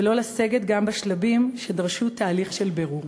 ולא לסגת גם בשלבים שדרשו תהליך של בירור.